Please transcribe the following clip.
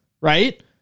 right